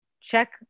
Check